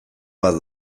bat